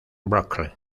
brooklyn